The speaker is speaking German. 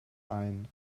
ein